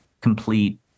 complete